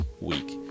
week